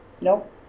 Nope